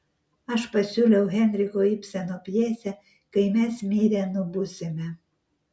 aš pasiūliau henriko ibseno pjesę kai mes mirę nubusime